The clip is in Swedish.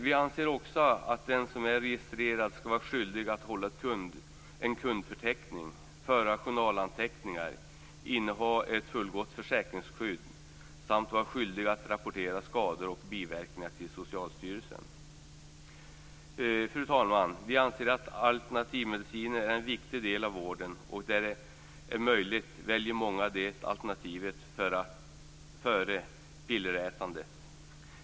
Vi anser också att den som är registrerad skall vara skyldig att hålla en kundförteckning, föra journalanteckningar, inneha ett fullgott försäkringsskydd samt rapportera skador och biverkningar till Socialstyrelsen. Fru talman! Vi anser att alternativmedicinen är en viktig del av vården, och där det är möjligt väljer många det alternativet före pillerätandet.